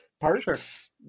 parts